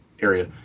area